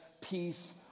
peace